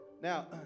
Now